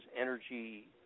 energy